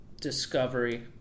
discovery